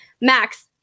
Max